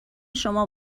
شما